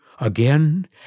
Again